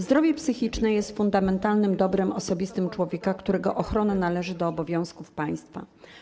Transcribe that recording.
Zdrowie psychiczne jest fundamentalnym dobrem osobistym człowieka, którego ochrona należy do obowiązków państwa.